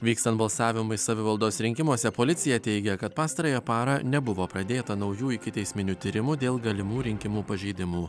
vykstant balsavimui savivaldos rinkimuose policija teigia kad pastarąją parą nebuvo pradėta naujų ikiteisminių tyrimų dėl galimų rinkimų pažeidimų